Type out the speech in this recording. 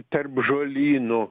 tarp žolynų